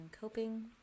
coping